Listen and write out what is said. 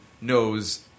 knows